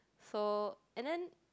so and then